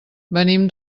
venim